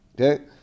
Okay